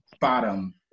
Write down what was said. bottom